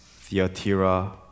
theatira